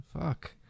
Fuck